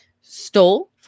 stole